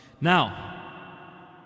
Now